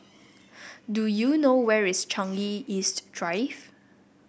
do you know where is Changi East Drive